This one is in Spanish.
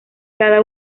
cada